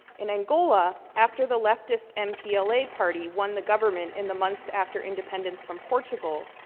in angola, after the leftist mpla party won the government in the months after independence from portugal,